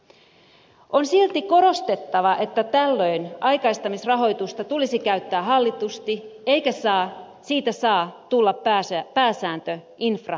on silti korostettava että tällöin aikaistamisrahoitusta tulisi käyttää hallitusti eikä siitä saa tulla pääsääntö infrarahoitukseen